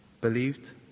believed